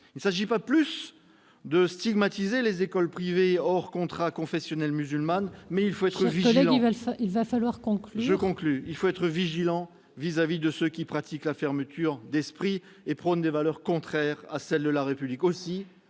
Il ne s'agit pas plus de stigmatiser les écoles privées hors contrat confessionnelles musulmanes, ... Cher collègue, il va falloir conclure !... mais il faut être vigilant vis-à-vis de celles qui pratiquent la fermeture d'esprit et prônent des valeurs contraires à celles de la République.